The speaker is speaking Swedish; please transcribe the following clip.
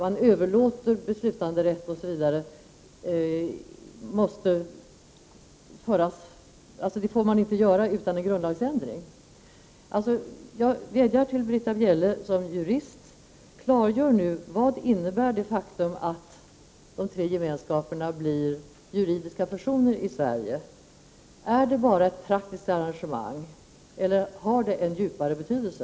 Man överlåter beslutanderätt osv. Det kan man väl inte göra utan en grundlagsändring? Jag vädjar till Britta Bjelle som jurist att klargöra vad det innebär att de tre gemenskaperna blir juridiska personer i Sverige. Är det bara ett praktiskt arrangemang eller har det en vidare betydelse?